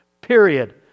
period